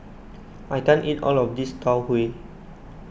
I can't eat all of this Tau Huay